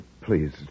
Please